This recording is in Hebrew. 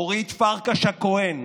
אורית פרקש הכהן,